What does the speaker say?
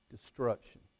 destruction